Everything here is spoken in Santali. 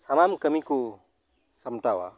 ᱥᱟᱱᱟᱢ ᱠᱟᱹᱢᱤᱠᱚ ᱥᱟᱢᱴᱟᱣᱟ